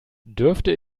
dürfte